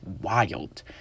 wild